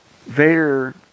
Vader